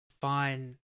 Fine